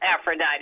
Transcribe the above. Aphrodite